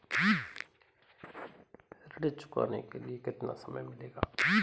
ऋण चुकाने के लिए कितना समय मिलेगा?